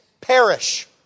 perish